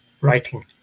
writing